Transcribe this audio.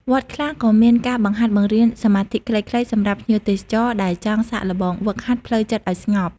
វត្តខ្លះក៏មានការបង្ហាត់បង្រៀនសមាធិខ្លីៗសម្រាប់ភ្ញៀវទេសចរ ដែលចង់សាកល្បងហ្វឹកហាត់ផ្លូវចិត្តឱ្យស្ងប់។